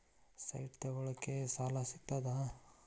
Site ತಗೋಳಿಕ್ಕೆ ಸಾಲಾ ಸಿಗ್ತದಾ?